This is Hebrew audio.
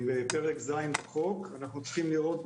פרגנו לכם הרבה, בואו נראה.